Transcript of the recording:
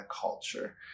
culture